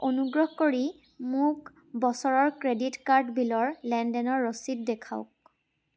অনুগ্ৰহ কৰি মোক বছৰৰ ক্ৰেডিট কাৰ্ড বিলৰ লেনদেনৰ ৰচিদ দেখুৱাওক